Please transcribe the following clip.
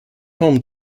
home